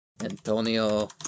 antonio